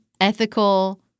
ethical